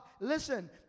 Listen